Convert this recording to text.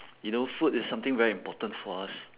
you know food is something very important for us